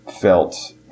felt